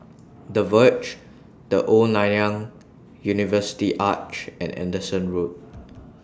The Verge The Old Nanyang University Arch and Anderson Road